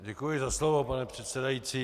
Děkuji za slovo, pane předsedající.